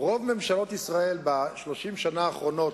רוב ממשלות ישראל ב-30 השנים האחרונות,